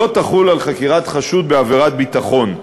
לא תחול על חקירת חשוד בעבירת ביטחון.